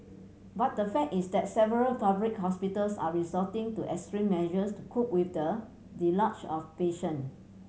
but the fact is that several public hospitals are resorting to extreme measures to cope with the deluge of patient